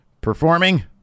performing